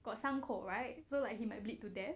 got 伤口 right so like he might bleed to death